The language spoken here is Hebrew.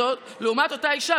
לעומת אותה אישה,